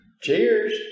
Cheers